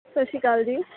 ਸਤਿ ਸ਼੍ਰੀ ਅਕਾਲ ਜੀ